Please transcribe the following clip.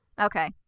Okay